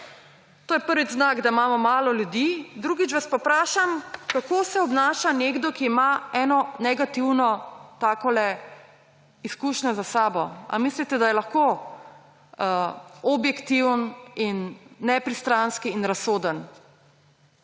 to je, prvič, znak, da imamo malo ljudi. Drugič, vas pa vprašam, kako se obnaša nekdo, ki ima eno takole negativno izkušnjo za sabo. Ali mislite, da je lahko objektiven in nepristranski in razsoden?